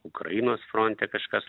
ukrainos fronte kažkas